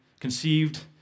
conceived